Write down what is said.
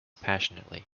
passionately